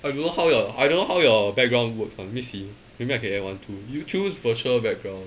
I don't know how your I don't how your background looks let me see maybe I can add one too did you choose virtual background